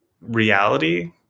reality